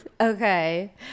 Okay